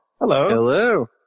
Hello